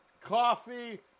coffee